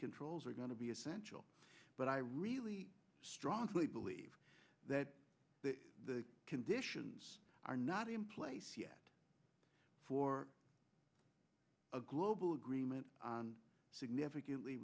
controls are going to be essential but i really strongly believe that the conditions are not in place yet for a global agreement on significantly